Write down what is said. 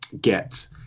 get